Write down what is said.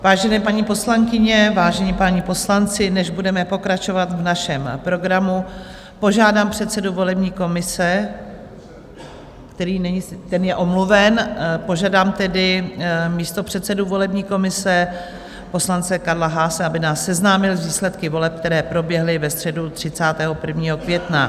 Vážené paní poslankyně, vážení páni poslanci, než budeme pokračovat v našem programu, požádám předsedu volební komise, který není, ten je omluven, požádám tedy místopředsedu volební komise, poslance Karla Haase, aby nás seznámil s výsledky voleb, které proběhly ve středu 31. května.